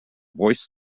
voice